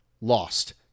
lost